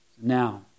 Now